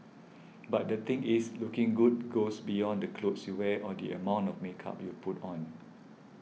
but the thing is looking good goes beyond the clothes you wear or the amount of makeup you put on